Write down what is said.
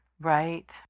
Right